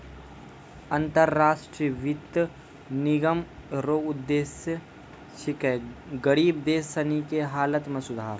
अन्तर राष्ट्रीय वित्त निगम रो उद्देश्य छिकै गरीब देश सनी के हालत मे सुधार